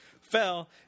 fell